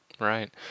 right